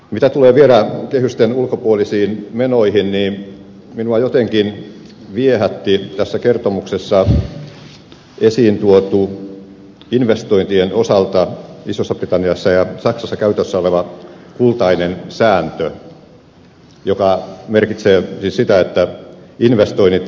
mitä tulee vielä kehysten ulkopuolisiin menoihin niin minua jotenkin viehätti tässä kertomuksessa esiin tuotu investointien osalta isossa britanniassa ja saksassa käytössä oleva kultainen sääntö joka merkitsee siis sitä että investoinnit eivät sisälly kehyksiin